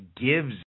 gives